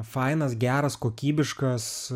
fainas geras kokybiškas